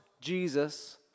Jesus